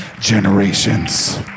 generations